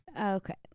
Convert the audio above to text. Okay